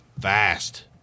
fast